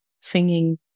singing